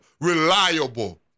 reliable